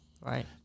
right